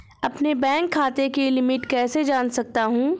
अपने बैंक खाते की लिमिट कैसे जान सकता हूं?